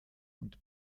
und